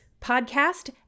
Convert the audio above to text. podcast